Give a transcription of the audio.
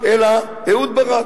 אלא אהוד ברק.